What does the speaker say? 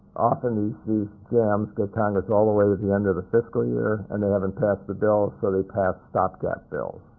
often these these jams get congress all the way to the end of the fiscal year and they haven't passed the bill, so they pass stopgap bills.